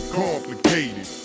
complicated